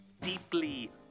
deeply